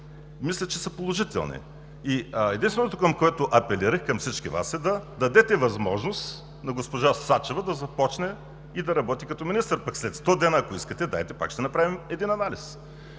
мисля, че са положителни. Единственото, което апелирах към всички Вас, е да дадете възможност на госпожа Сачева да започне и да работи като министър, пък след 100 дена, ако искате, дайте, пак ще направим един анализ.